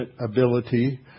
ability